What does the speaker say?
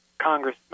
Congress